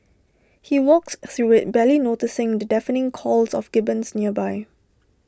he walks through IT barely noticing the deafening calls of gibbons nearby